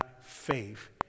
faith